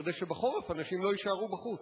כדי שבחורף אנשים לא יישארו בחוץ.